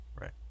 Right